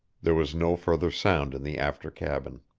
there was no further sound in the after cabin.